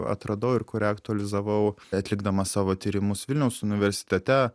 atradau ir kurią aktualizavau atlikdamas savo tyrimus vilniaus universitete